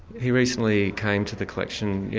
he recently came to the collection, yeah